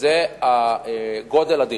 זה גודל הדירה.